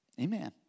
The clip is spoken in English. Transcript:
Amen